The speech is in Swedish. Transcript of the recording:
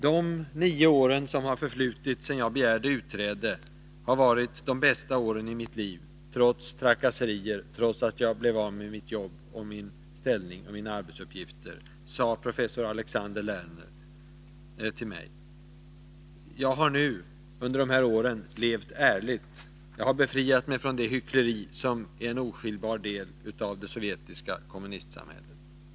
”De nio år som har förflutit sedan jag begärde utresevisum har varit de bästa åren i mitt liv, trots trakasserier och trots att jag blev av med mitt jobb, min ställning och mina arbetsuppgifter”, sade professor Alexander Lerner till mig. Jag har under de här åren, sade han, levt ärligt och befriat mig från det hyckleri som är en oskiljbar del av det sovjetiska kommunistsamhäl Nr 124 let.